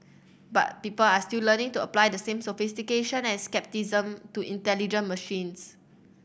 but people are still learning to apply the same sophistication and scepticism to intelligent machines